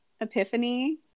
Epiphany